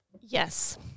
Yes